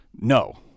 no